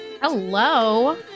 Hello